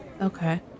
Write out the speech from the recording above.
Okay